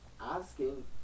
asking